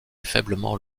faiblement